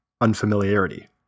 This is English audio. unfamiliarity